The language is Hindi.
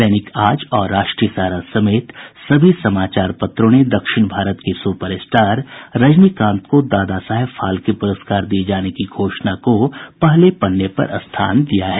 दैनिक आज और राष्ट्रीय सहारा समेत सभी समाचार पत्रों ने दक्षिण भारत के सुपर स्टार रजनीकांत को दादा साहेब फाल्के पुरस्कार दिये जाने की घोषणा को प्रमुखता से प्रकाशित किया है